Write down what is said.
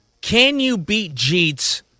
can-you-beat-Jeets